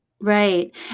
Right